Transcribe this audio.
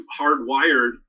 hardwired